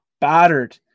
battered